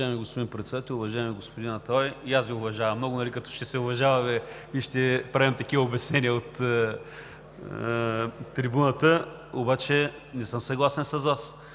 Уважаеми господин Председател! Уважаеми господин Аталай, и аз Ви уважавам много – като ще се уважаваме и ще правим такива обяснения от трибуната, обаче не съм съгласен с Вас.